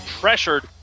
pressured